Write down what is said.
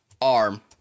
ARM